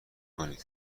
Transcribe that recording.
کنید